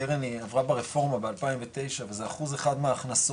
הקרן היא עברה ברפורמה ב-2009 וזה אחוז אחד מההכנסות.